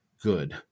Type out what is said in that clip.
good